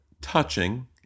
touching